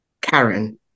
Karen